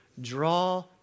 Draw